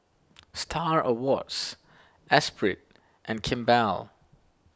Star Awards Esprit and Kimball